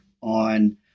on